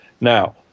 Now